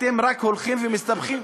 אתם רק הולכים ומסתבכים.